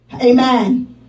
Amen